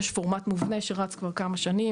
יש פורמט מובנה שרץ כבר כמה שנים,